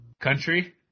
Country